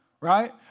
right